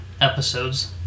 episodes